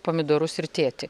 pomidorus ir tėtį